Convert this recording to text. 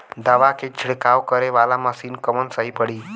दवा के छिड़काव करे वाला मशीन कवन सही पड़ी?